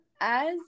as-